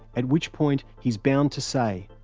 at which point, he's bound to say,